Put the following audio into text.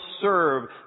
serve